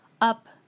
up